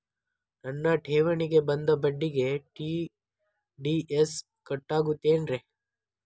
ನನ್ನ ಠೇವಣಿಗೆ ಬಂದ ಬಡ್ಡಿಗೆ ಟಿ.ಡಿ.ಎಸ್ ಕಟ್ಟಾಗುತ್ತೇನ್ರೇ?